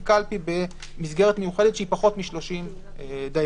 קלפי במסגרת מיוחדת שהיא פחות מ-30 דיירים.